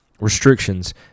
restrictions